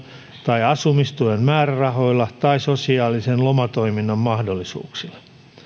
tai asumistuen määrärahoilla tai sosiaalisen lomatoiminnan mahdollisuuksilla